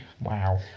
Wow